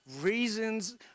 reasons